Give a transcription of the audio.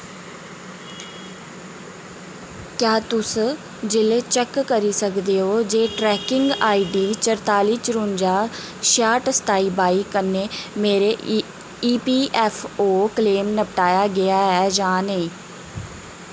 क्या तुस जि'ले चैक्क करी सकदे ओ जे ट्रैकिंग आईडी चरताली चरुंजा छिआह्ठ सताई बाई कन्नै मेरा ईपीऐफ्फओ क्लेम नपटाया गेआ ऐ जां नेईं